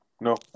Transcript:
no